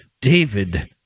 David